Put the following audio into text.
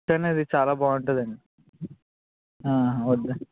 కానీ అది చాలా బాగుంటుంది అండి వద్దా